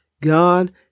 God